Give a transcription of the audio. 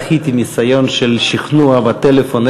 דחיתי ניסיון שכנוע בטלפון,